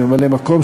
ממלא-מקום,